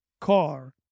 car